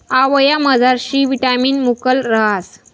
आवयामझार C vitamin मुकलं रहास